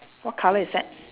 what colour is that